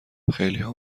خیلیها